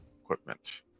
equipment